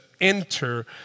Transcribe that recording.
enter